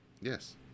Yes